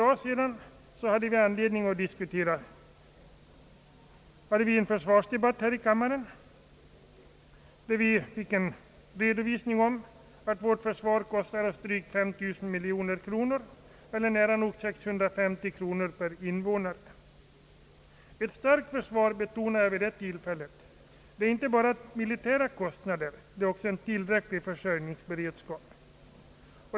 Ja, för några dagar sedan hade vi en försvarsdebatt här i kammaren där vi fick redovisat att vårt försvar kostar drygt 5 000 miljoner kronor — nära nog 650 kronor per invånare. Ett starkt försvar, betonade jag vid det tillfället, är inte bara militära kostnader, det är också en tillräcklig försörjningsberedskap.